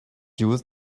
use